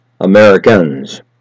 Americans